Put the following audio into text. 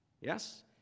Yes